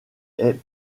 est